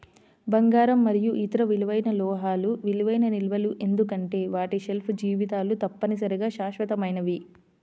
బంగారం మరియు ఇతర విలువైన లోహాలు విలువైన నిల్వలు ఎందుకంటే వాటి షెల్ఫ్ జీవితాలు తప్పనిసరిగా శాశ్వతమైనవి